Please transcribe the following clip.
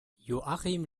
joachim